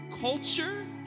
culture